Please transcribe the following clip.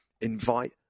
invite